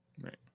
Right